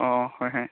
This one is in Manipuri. ꯑꯣ ꯍꯣꯏ ꯍꯣꯏ